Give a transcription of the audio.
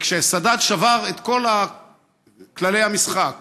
כשסאדאת שבר את כל כללי המשחק